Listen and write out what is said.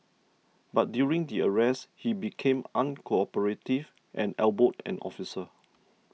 but during the arrest he became uncooperative and elbowed an officer